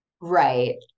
Right